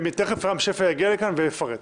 תיכף רם שפע יגיע לכאן ויפרט.